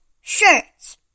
shirts